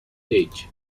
age